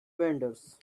vendors